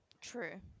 True